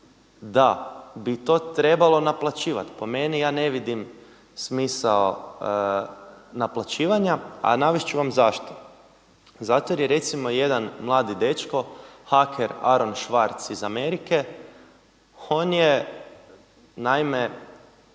da bi to trebalo naplaćivati. Po meni ja ne vidim smisao naplaćivanja, a navest ću vam zašto. Zato jer je recimo jedan mladi dečko haker Aaron Swartz iz Amerike, on je naime